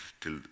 till